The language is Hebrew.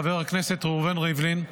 חבר הכנסת ראובן ריבלין,